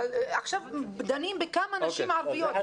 עכשיו דנים בכמה נשים ערביות,